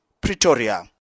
Pretoria